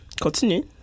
Continue